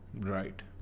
Right